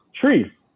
tree